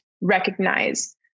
recognize